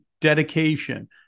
Dedication